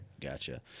Gotcha